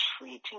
treating